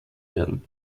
werden